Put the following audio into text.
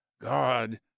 god